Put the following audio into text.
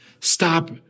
stop